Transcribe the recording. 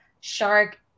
shark